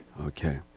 Okay